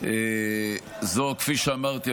כפי שאמרתי,